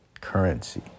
currency